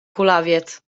kulawiec